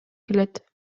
келет